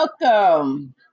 welcome